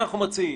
אנחנו מציעים,